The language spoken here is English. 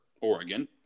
Oregon